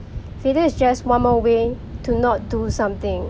failure is just one more way to not do something